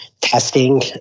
testing